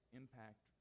impact